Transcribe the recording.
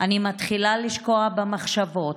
או 02:00. אני מתחילה לשקוע במחשבות,